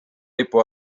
lipu